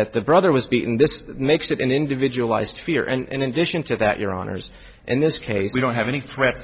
that the brother was beaten this makes it an individualized fear and in addition to that your honour's in this case we don't have any threats